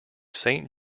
saint